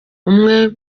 umwe